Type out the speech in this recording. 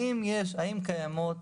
האם קיימות